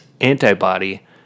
antibody